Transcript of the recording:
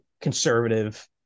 conservative